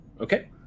Okay